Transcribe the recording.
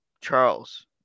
Charles